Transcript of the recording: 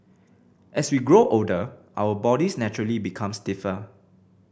as we grow older our bodies naturally become stiffer